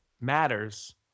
matters